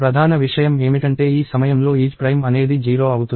ప్రధాన విషయం ఏమిటంటే ఈ సమయంలో isPrime అనేది 0 అవుతుంది